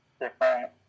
different